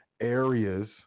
areas